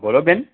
બોલો બેન